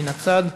מן הצד.